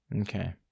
Okay